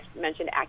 mentioned